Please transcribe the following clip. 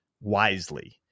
wisely